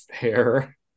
fair